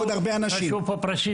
לעבור לפרופ'